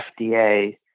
FDA